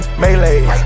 melee